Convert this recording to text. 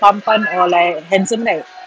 tampan or like handsome right